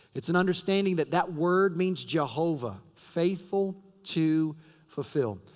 it's an understanding that that word means jehovah. faithful to fulfill.